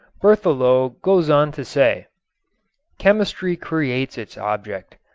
berthelot goes on to say chemistry creates its object.